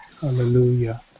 Hallelujah